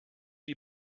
die